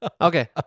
Okay